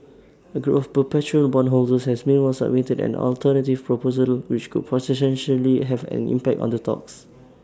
A group of perpetual bondholders has meanwhile submitted an alternative proposal which could potentially have an impact on the talks